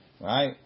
Right